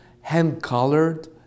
hand-colored